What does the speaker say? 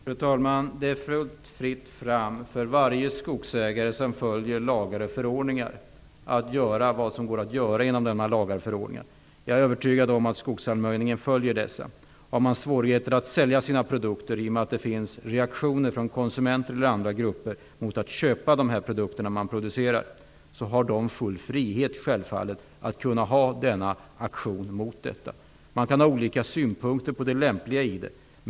Fru talman! Det är fritt fram för varje skogsägare som följer lagar och förordningar att göra vad som går att göra inom ramen för dessa lagar och förordningar. Jag är övertygad om att delägare av skogsallmänningen följer dessa. Även om man har svårigheter att sälja sina produkter på grund av att det finns reaktioner från konsumenter eller andra grupper mot att köpa de produkter man producerar har de självfallet full frihet att bedriva sådan aktion. Man kan ha olika synpunkter på det lämpliga i detta.